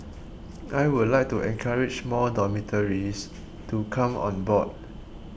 I would like to encourage more dormitories to come on board